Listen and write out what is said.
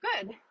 good